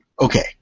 Okay